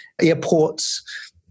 airports